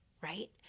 right